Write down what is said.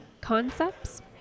concepts